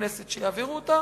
בכנסת שיעבירו אותה.